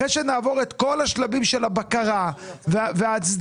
אחרי שנעבור את כל השלבים של הבקרה וההצדקה